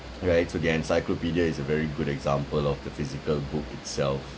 right so the encyclopedia is a very good example of the physical book itself